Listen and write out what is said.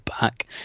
back